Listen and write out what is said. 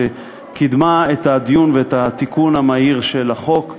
שקידמה את הדיון ואת התיקון המהיר של החוק,